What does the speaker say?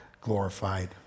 glorified